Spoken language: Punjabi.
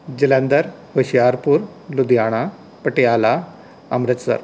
ਜਲੰਧਰ ਹੁਸ਼ਿਆਰਪੁਰ ਲੁਧਿਆਣਾ ਪਟਿਆਲਾ ਅੰਮ੍ਰਿਤਸਰ